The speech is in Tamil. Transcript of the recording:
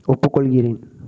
ஒப்புக்கொள்கிறேன்